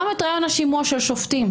גם את רעיון השימוע של שופטים.